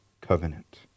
covenant